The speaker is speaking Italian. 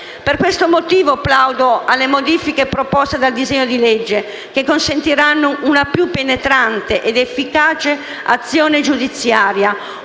Per questo motivo plaudo alle modifiche proposte dal disegno di legge, che consentiranno una più penetrante ed efficace azione giudiziaria,